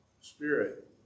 Spirit